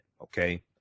Okay